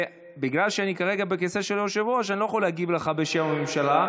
ובגלל שאני כרגע בכיסא של היושב-ראש אני לא יכול להגיב לך בשם הממשלה,